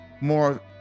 more